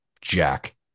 Jack